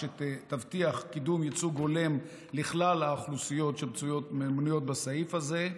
ושתבטיח קידום ייצוג הולם לכלל האוכלוסיות שמנויות בסעיף הזה.